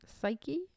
psyche